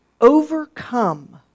overcome